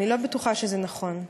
אני לא בטוחה שזה נכון.